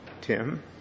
Tim